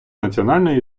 національної